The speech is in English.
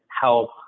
help